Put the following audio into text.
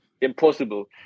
impossible